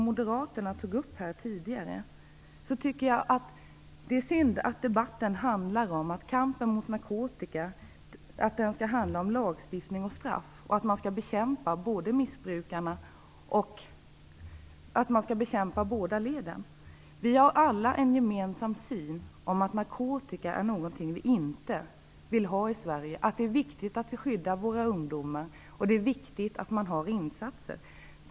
Jag tycker att det är synd att den debatten skall handla om lagstiftning och straff och att man skall bekämpa båda leden. Vi har alla en gemensam syn. Narkotika är någonting som vi inte vill ha i Sverige. Det är viktigt att vi skyddar våra ungdomar, och det är viktigt att man gör insatser.